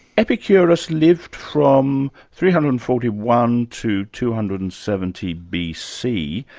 epicurus lived from three hundred and forty one to two hundred and seventy bc.